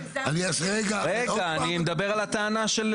רגע, אני מדבר על הטענה .